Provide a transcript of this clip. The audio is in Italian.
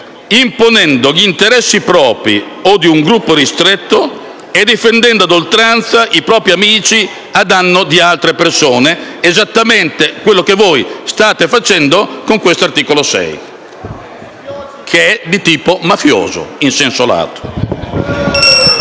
imponendo gli interessi propri o di un gruppo ristretto e difendendo a oltranza i propri amici, a danno di altre persone». Esattamente quello che voi state facendo con questo articolo 6 che è di tipo mafioso, in senso lato.